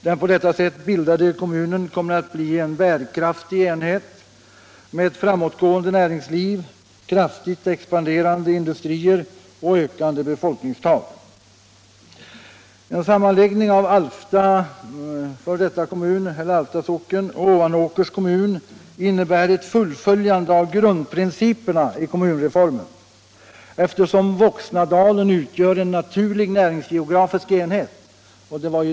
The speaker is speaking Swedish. Den på detta sätt bildade kommunen kommer att bli en bärkraftig enhet med ett framåtgående näringsliv, kraftigt expanderande industrier och ökande befolkningstal. En sammanläggning av Alfta f.d. kommun och Ovanåkers kommun innebär ett fullföljande av grundprinciperna i kommunreformen, eftersom Voxnadalen utgör en naturlig näringsgeografisk enhet.